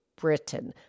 Britain